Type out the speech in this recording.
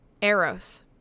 Eros